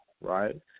right